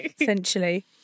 essentially